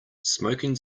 smoking